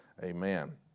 Amen